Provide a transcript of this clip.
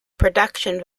production